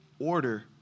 order